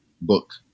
book